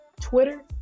Twitter